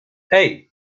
hey